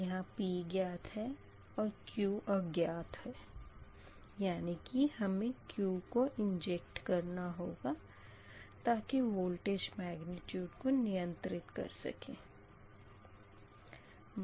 यहाँ P ज्ञात है और Q अज्ञात है यानी कि हमें Q को इंजेक्ट करना होगा ताकि वोल्टेज मैग्निट्यूड को नियंत्रित कर सकें